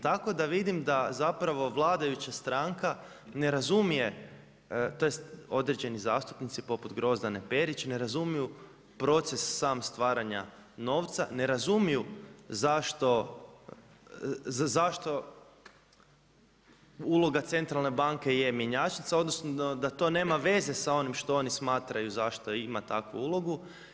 Tako da vidim da zapravo vladajuća stranka ne razumije, tj. određeni zastupnici poput Grozdane Perić ne razumiju proces samog stvaranja novca, ne razumiju zašto uloga Centralne banke je mjenjačnica odnosno da to nema veze sa onim što onim smatraju zašto ima takvu ulogu.